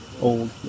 Old